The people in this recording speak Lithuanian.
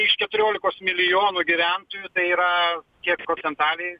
iš keturiolikos milijonų gyventojų tai yra kiek procentaliai